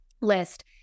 list